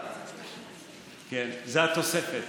כן, זאת התוספת.